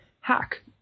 hack